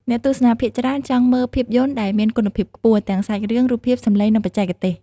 អ្នកទស្សនាភាគច្រើនចង់មើលភាពយន្តដែលមានគុណភាពខ្ពស់ ទាំងសាច់រឿង រូបភាព សំឡេង និងបច្ចេកទេស។